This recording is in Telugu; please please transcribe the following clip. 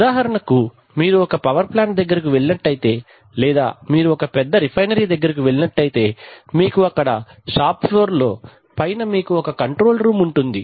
ఉదాహరణకు మీరు ఒక పవర్ ప్లాంట్ దగ్గరకు వెళ్ళినట్లయితే లేదా మీరు ఒక పెద్ద రిఫైనరీ దగ్గరకు వెళ్ళినట్లయితే మీకు అక్కడ షాప్ ఫ్లోర్ లో పైన మీకు ఒక కంట్రోల్ రూమ్ ఉంటుంది